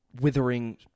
withering